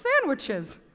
sandwiches